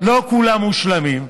לא כולם מושלמים,